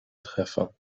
treffer